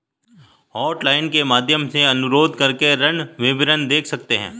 hotline के माध्यम से अनुरोध करके ऋण विवरण देख सकते है